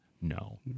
No